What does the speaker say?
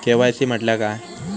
KYC म्हटल्या काय?